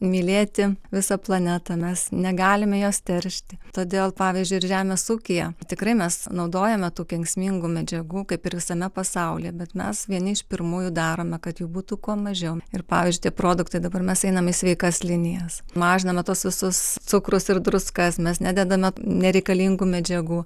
mylėti visą planetą mes negalime jos teršti todėl pavyzdžiui ir žemės ūkyje tikrai mes naudojame tų kenksmingų medžiagų kaip ir visame pasaulyje bet mes vieni iš pirmųjų darome kad jų būtų kuo mažiau ir pavyzdžiui tie produktai dabar mes einam į sveikas linijas mažiname tuos visus cukrus ir druskas mes nededame nereikalingų medžiagų